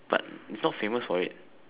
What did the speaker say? but is not famous for it